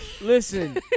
Listen